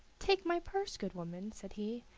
take my purse, good woman, said he,